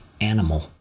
animal